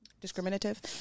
discriminative